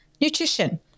nutrition